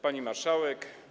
Pani Marszałek!